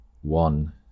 One